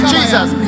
Jesus